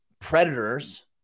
predators